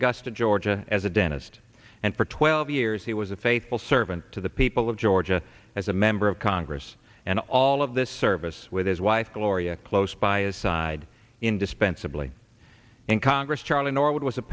augusta georgia as a dentist and for twelve years he was a faithful servant to the people of georgia as a member of congress and all of this service with his wife gloria close biocide indispensably in congress charlie norwood was a